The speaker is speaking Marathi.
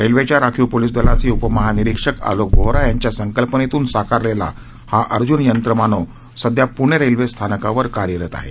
रेल्वेच्या राखीव पोलीस दलाचे उपमहानिरीक्षक आलोक बोहरा यांच्या संकल्पनेतून साकारलेला हा अर्जून यंत्रमानव सध्या पूणे रेल्वे स्थानकावर कार्यरत झाला आहे